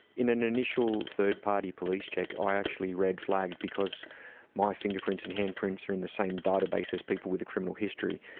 in an initial third-party police check i actually red-flagged because my fingerprints and hand prints are in the same database as people with a criminal history.